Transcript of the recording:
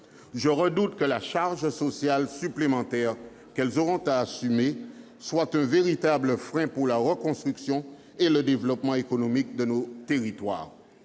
Je redoute que la charge sociale supplémentaire qu'elles auront à assumer ne soit un véritable frein pour la reconstruction et le développement économique de nos territoires.